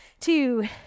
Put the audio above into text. two